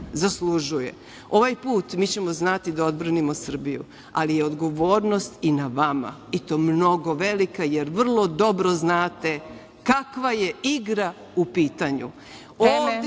put, mi ćemo znati da odbranimo Srbiju, ali je odgovornost i na vama. I to mnogo velika, jer vrlo dobro znate kakva je igra u pitanju.